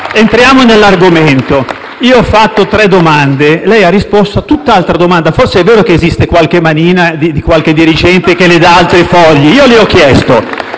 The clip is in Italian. entriamo nell'argomento: ho fatto tre domande e lei ha risposto a tutt'altra domanda. Forse è vero che esiste la manina di qualche dirigente che le dà altri fogli. *(Applausi